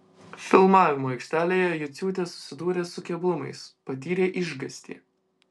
filmavimo aikštelėje juciūtė susidūrė su keblumais patyrė išgąstį